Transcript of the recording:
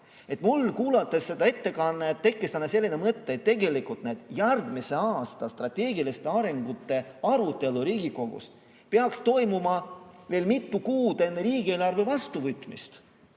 Mul tekkis seda ettekannet kuulates selline mõte, et tegelikult need järgmise aasta strateegiliste arengute arutelud Riigikogus peaksid toimuma mitu kuud enne riigieelarve vastuvõtmist,